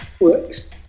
works